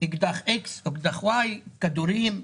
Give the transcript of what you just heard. אקדח X, אקדח Y, כדורים,